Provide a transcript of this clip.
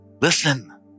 Listen